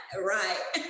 Right